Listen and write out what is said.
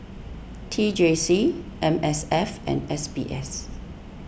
T J C M S F and S B S